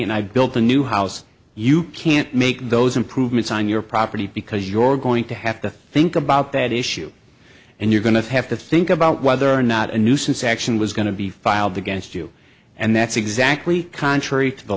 and i built a new house you can't make those improvements on your property because your going to have to think about that issue and you're going to have to think about whether or not a nuisance action was going to be filed against you and that's exactly contrary to the